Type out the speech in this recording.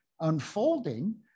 unfolding